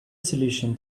solution